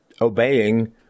obeying